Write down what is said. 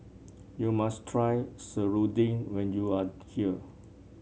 you must try serunding when you are here